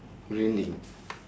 really